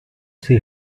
see